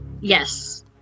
yes